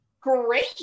Great